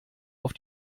auf